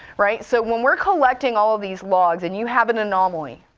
right? so when we're collecting all of these logs, and you have an anomaly,